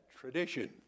tradition